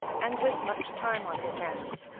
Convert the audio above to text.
and with much time on his hands.